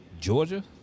Georgia